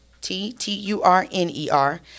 T-T-U-R-N-E-R